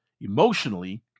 emotionally